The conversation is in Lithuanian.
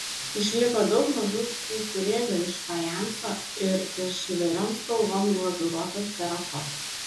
išliko daug mažų skulptūrėlių iš fajanso ir iš įvairiom spalvom glazūruotos terakotos